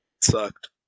sucked